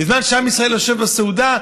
בזמן שעם ישראל יושב בסעודה,